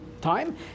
time